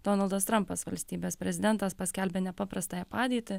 donaldas trampas valstybės prezidentas paskelbė nepaprastąją padėtį